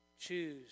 Choose